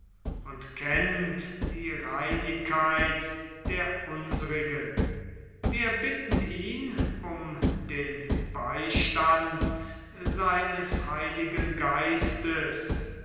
und kennt die reinigkeit der unsrigen wir bitten ihn um den beistand seines heiligen geistes